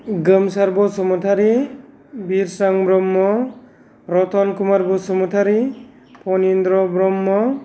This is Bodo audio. गोमसार बसुमतारी बिरसां ब्रह्म रतन कुमार बसुमतारी पनिन्द्र ब्रह्म